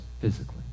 physically